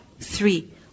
three